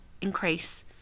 increase